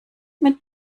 mit